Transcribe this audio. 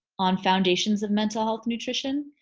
on foundations of mental health nutrition.